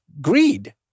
greed